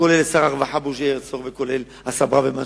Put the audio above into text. כולל שר הרווחה בוז'י הרצוג וכולל השר ברוורמן,